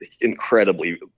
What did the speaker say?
incredibly